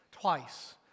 twice